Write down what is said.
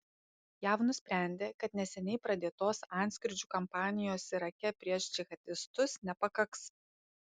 jav nusprendė kad neseniai pradėtos antskrydžių kampanijos irake prieš džihadistus nepakaks